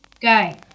Guy